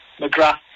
McGrath